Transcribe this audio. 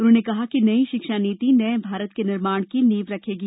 उन्होंने कहा कि नई शिक्षा नीति नये भारत के निर्माण की नींव रखेगी